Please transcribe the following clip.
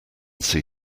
see